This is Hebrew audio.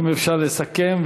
אם אפשר לסכם.